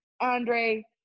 Andre